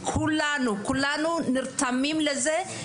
כולנו נרתמים לזה.